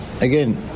again